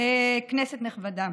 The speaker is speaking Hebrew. כנסת נכבדה,